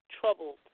troubled